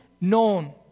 known